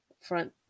front